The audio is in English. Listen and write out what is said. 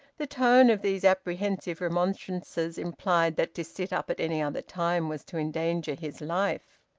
the tone of these apprehensive remonstrances implied that to sit up at any other time was to endanger his life.